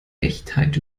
echtheit